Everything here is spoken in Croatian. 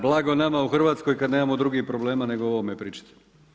Blago nama u Hrvatskoj kad nemamo drugih problema nego o ovome pričati.